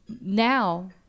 Now